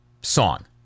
song